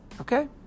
Okay